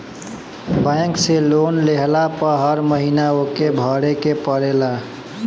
bank से loan लेहला पअ हर महिना ओके भरे के पड़ेला